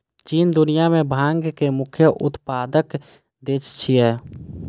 चीन दुनिया मे भांग के मुख्य उत्पादक देश छियै